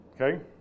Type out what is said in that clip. Okay